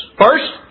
First